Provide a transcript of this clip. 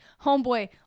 homeboy